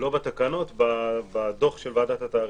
לא בתקנות, בדוח של ועדת התעריפים.